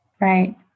Right